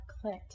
clicked